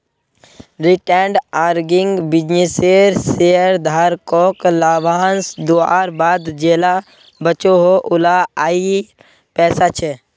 retained earning बिज्नेसेर शेयरधारकोक लाभांस दुआर बाद जेला बचोहो उला आएर पैसा छे